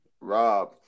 rob